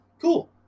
Cool